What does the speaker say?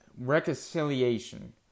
reconciliation